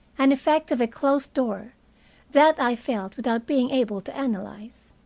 an effect of a closed door that i felt without being able to analyze.